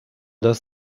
dass